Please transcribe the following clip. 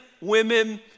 women